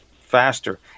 faster